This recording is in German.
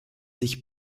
sich